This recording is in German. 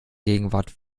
gegenwart